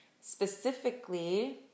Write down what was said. specifically